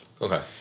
Okay